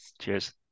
Cheers